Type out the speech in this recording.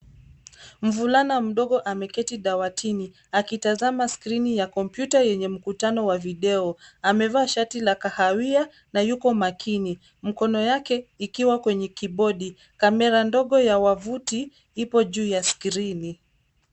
Mvulana mdogo ameketi dawatini akitazama skrini ya kompyuta yenye mkutano wa video. Amevaa shati la kahawia na yuko makini mkono yake ikiwa kwenye kibodi. Kamera ndogo ya wavuti ipo juu ya skrini.